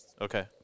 okay